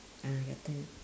ah your turn